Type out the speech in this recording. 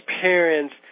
parents